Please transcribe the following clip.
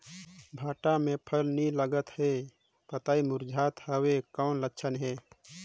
भांटा मे फल नी लागत हे पतई मुरझात हवय कौन लक्षण हे?